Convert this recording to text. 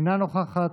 אינה נוכחת.